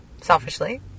selfishly